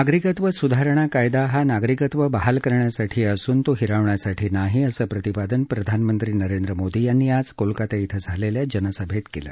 नागरिकत्व सुधारण कायदा हा नागरिकत्व बहाल करण्यासाठी असून तो हिरावण्यासाठी नाही असं प्रतिपादन प्रधानमंत्री नरेंद्र मोदी यांनी आज कोलकाता शिं झालेल्या जनसभेत केलं